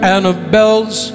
Annabelles